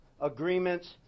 agreements